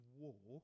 war